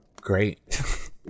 Great